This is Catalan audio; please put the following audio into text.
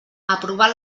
aprovar